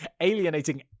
alienating